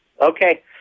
Okay